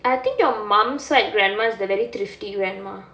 I think your mum side grandma is the very thrifty grandma